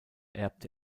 erbte